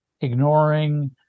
ignoring